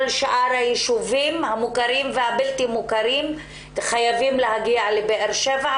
שאר הישובים המוכרים והבלתי מוכרים חייבים להגיע לבאר שבע,